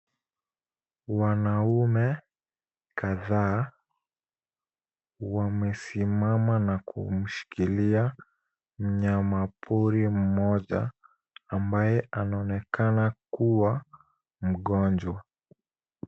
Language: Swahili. Wanaume kadhaa wamesimama na kumshikilia mnyamapori mmoja ambaye anaonekana kuwa mgonjwa.